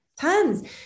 tons